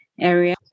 area